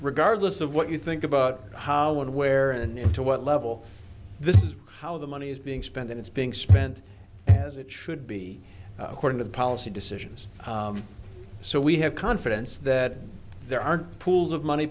regardless of what you think about how when where and into what level this is how the money is being spent and it's being spent as it should be into the policy decisions so we have confidence that there aren't pools of money